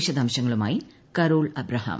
വിശദാംശങ്ങളുമായി Carol Abraham